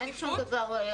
אין שום דבר רשמי בעניין הזה.